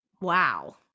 Wow